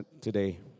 today